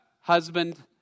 husband